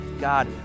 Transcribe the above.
God